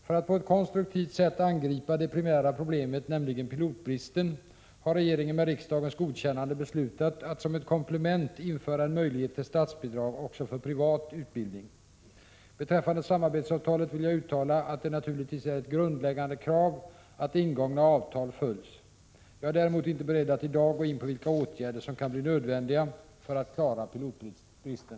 För att på ett konstruktivt sätt angripa det primära problemet — nämligen pilotbristen — har regeringen med riksdagens godkännande beslutat att som ett komplement införa en möjlighet till statsbidrag också för privat utbildning. Beträffande samarbetsavtalet vill jag uttala att det naturligtvis är ett grundläggande krav att ingångna avtal följs. Jag är däremot inte beredd att i dag gå in på vilka åtgärder som kan bli nödvändiga för att klara pilotbristen.